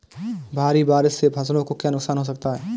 भारी बारिश से फसलों को क्या नुकसान हो सकता है?